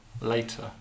later